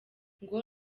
ngo